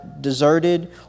deserted